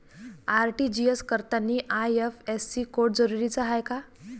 RTGS करतांनी IFSC code जरुरीचा हाय का?